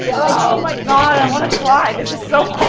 oh my god i want to cry! this is so